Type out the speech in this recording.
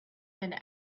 and